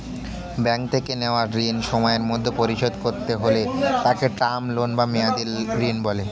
bank থেকে নেওয়া ঋণ সময়ের মধ্যে পরিশোধ করতে হলে তাকে টার্ম লোন বা মেয়াদী ঋণ বলে